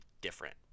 different